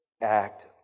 act